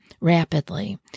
rapidly